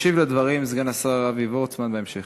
ישיב על הדברים סגן השר אבי וורצמן בהמשך.